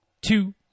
two